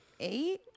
Eight